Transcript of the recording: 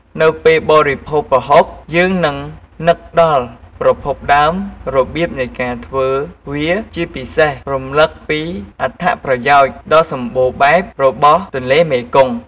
នៅពេលបរិភោគប្រហុក យើងនឹងនឹកដល់ប្រភពដើម របៀបនៃការធ្វើវា ជាពិសេស រំលឹកពីអត្ថប្រយោជន៍ដ៏សម្បូរបែបរបស់ទន្លេមេគង្គ។